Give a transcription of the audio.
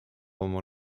oma